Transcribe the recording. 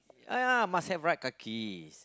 ah yeah must have right kaki